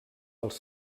als